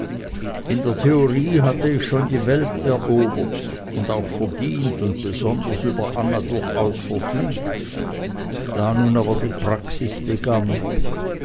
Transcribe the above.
in der theorie hatte ich schon die welt erobert und auch verdient und besonders über anna durchaus verfügt da nun aber die praxis begann